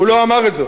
הוא לא אמר את זאת,